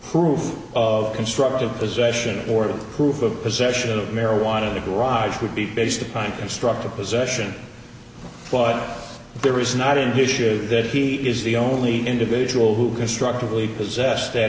proof of constructive possession or to proof of possession of marijuana in the garage would be based upon constructive possession but there is not an issue that he is the only individual who constructively possessed that